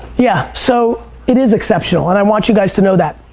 yeah. so it is exceptional and i want you guys to know that.